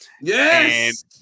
Yes